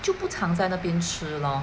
就不常在那边吃咯